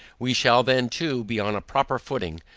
we shall then too, be on a proper footing,